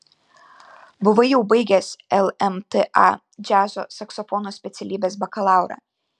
buvai jau baigęs lmta džiazo saksofono specialybės bakalaurą